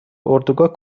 اردوگاه